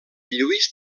lluís